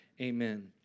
Amen